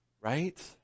Right